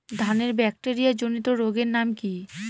ধানের ব্যাকটেরিয়া জনিত রোগের নাম কি?